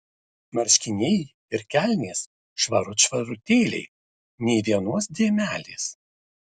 marškiniai ir kelnės švarut švarutėliai nė vienos dėmelės